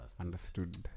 Understood